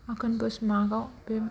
आघोन पुष माघआव बे